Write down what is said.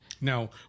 Now